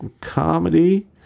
comedy